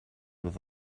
with